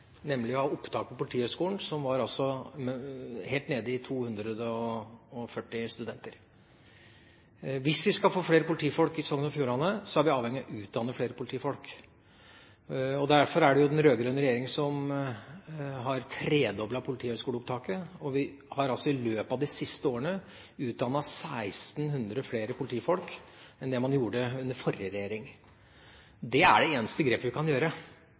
opptak på Politihøgskolen, som var helt nede i 240 studenter. Hvis vi skal få flere politifolk i Sogn og Fjordane, er vi avhengige av å utdanne flere politifolk. Derfor har den rød-grønne regjeringa tredoblet politihøyskoleopptaket, og vi har altså i løpet av de siste årene utdannet 1 600 flere politifolk enn det man gjorde under forrige regjering. Det er det eneste grepet vi kan gjøre.